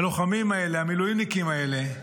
הלוחמים האלה, המילואימניקים האלה,